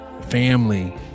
Family